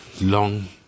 long